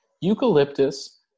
eucalyptus